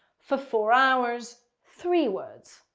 for four hours three words.